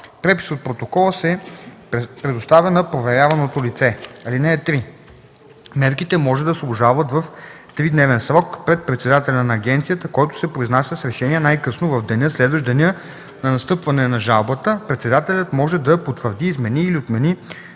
Препис от протокола се предоставя на проверяваното лице. (3) Мерките може да се обжалват в тридневен срок пред председателя на агенцията, който се произнася с решение най-късно в деня, следващ деня на постъпване на жалбата. Председателят може да потвърди, измени или отмени